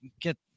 get